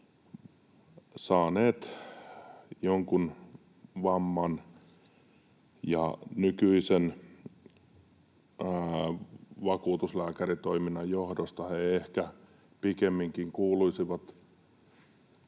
saaneet jonkin vamman, ja nykyisen vakuutuslääkäritoiminnan johdosta he ehkä pikemminkin kuuluisivat